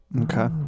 Okay